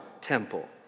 temple